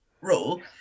role